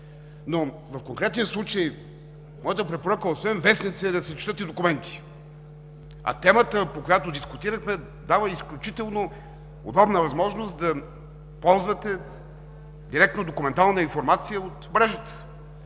но в конкретния случай моята препоръка е освен вестници, да се четат и документи. Темата, която дискутирахме, дава изключително удобна възможност да ползвате директно документална информация от мрежата.